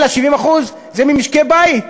אלא 70% זה ממשקי-בית.